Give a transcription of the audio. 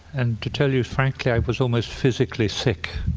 and to tell you frankly, i was almost physically sick.